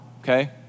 okay